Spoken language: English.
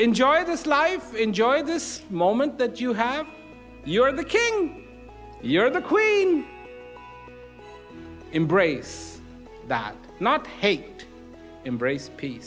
enjoy this life enjoy this moment that you have you are the king you're the queen embrace that not hate embrace peace